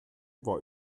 war